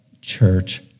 church